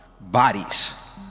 bodies